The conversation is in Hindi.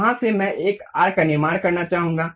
वहां से मैं एक आर्क का निर्माण करना चाहूंगा